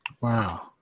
wow